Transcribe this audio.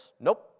Nope